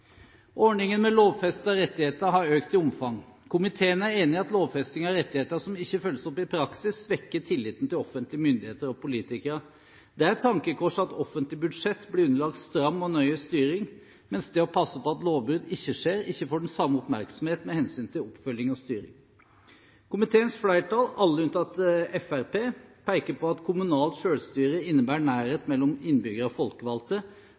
Ordningen med lovfestede rettigheter har økt i omfang. Komiteen er enig i at lovfesting av rettigheter som ikke følges opp i praksis, svekker tilliten til offentlige myndigheter og politikere. Det er et tankekors at offentlige budsjetter blir underlagt stram og nøye styring, mens det å passe på at lovbrudd ikke skjer, ikke får den samme oppmerksomhet med hensyn til oppfølging og styring Komiteens flertall, alle unntatt medlemmene fra Fremskrittspartiet, peker på at kommunalt selvstyre innebærer nærhet mellom innbyggerne og folkevalgte,